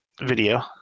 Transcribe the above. video